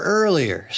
earlier